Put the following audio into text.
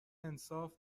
انصاف